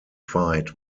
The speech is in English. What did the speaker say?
fight